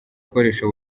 ukoresha